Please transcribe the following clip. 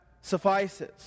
suffices